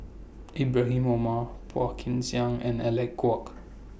Ibrahim Omar Phua Kin Siang and Alec Kuok